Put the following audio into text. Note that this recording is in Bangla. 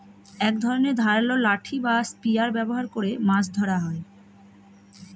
এক ধরনের ধারালো লাঠি বা স্পিয়ার ব্যবহার করে মাছ ধরা হয়